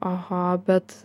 aha bet